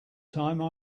time